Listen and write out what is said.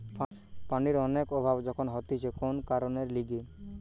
পানির অনেক অভাব যখন হতিছে কোন কারণের লিগে